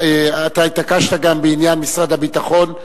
אתה התעקשת גם בעניין משרד הביטחון,